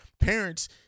parents